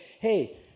hey